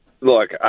look